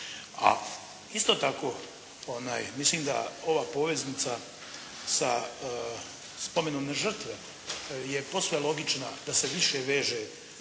A isto tako mislim da ova poveznica sa spomenom na žrtve je posve logična da se više veže